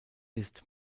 ist